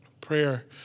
Prayer